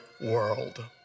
world